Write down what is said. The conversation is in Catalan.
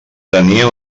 tenia